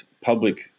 public